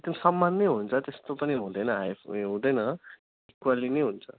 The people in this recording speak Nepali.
त्यो समान नै हुन्छ त्यस्तो पनि हुँदैन हाइट उयो हुँदैन इक्वेली नै हुन्छ